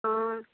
हाँ